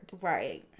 Right